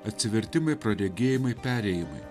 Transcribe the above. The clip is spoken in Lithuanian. atsivertimai praregėjimai perėjimai